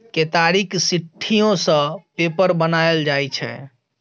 केतारीक सिट्ठीयो सँ पेपर बनाएल जाइ छै